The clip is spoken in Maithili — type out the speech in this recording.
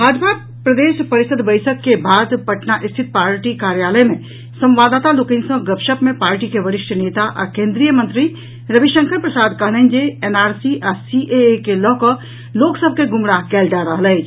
भाजपा प्रदेश परिषद बैसक के बाद पटना स्थित पार्टी कार्यालय मे संवाददाता लोकनि सॅ गपशप मे पार्टी के वरिष्ठ नेता आ केन्द्रीय मंत्री रविशंकर प्रसाद कहलनि जे एनआरसी आ सीएए के लऽकऽ लोकसभ के गुमराह कयल जा रहल अछि